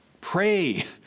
pray